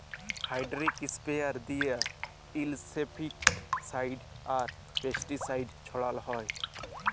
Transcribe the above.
hydraulic sprayer দিঁয়ে insecticide আর pesticide ছড়াল হ্যয়